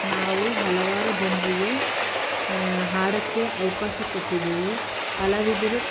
ನಾವು ಹಲವಾರು ಜನರಿಗೆ ಹಾಡೋಕ್ಕೆ ಅವಕಾಶ ಕೊಟ್ಟಿದ್ದೀವಿ ಕಲಾವಿದ್ರು